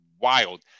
wild